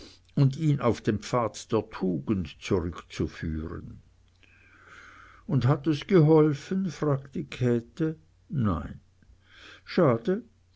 und ihn auf den pfad der tugend zurückzuführen und hat es geholfen fragte käthe nein schade